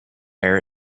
air